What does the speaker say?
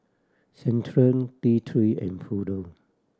Centrum T Three and Futuro